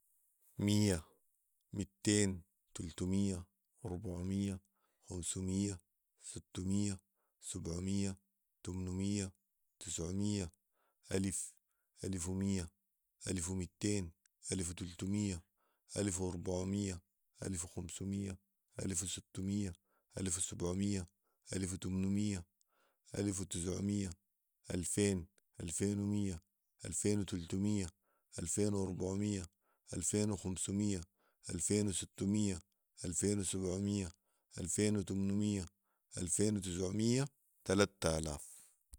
ميه ، متين ، تلتميه ، اربعميه ، خمسيه ، ستميه ،سبعميه ، تمنميه ، تسعميه ،ا لف ، الف وميه ، الف ومتين ، الف وتلتميه ، الف واربعميه ، الف وخمسميه ، الف وستميه ، الف وسبعميه ، الف وتمنميه ، الف وتسعميه ، الفين ، الفين وميه ، الفين وتلتميه ، الفين واربعميه ، الفين وخمسميه ، الفين ستميه ، الفين وسبعميه ، الفين وتمنميه ، الفين وتسعميه ، تلات الاف